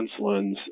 insulins